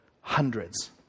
hundreds